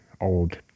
old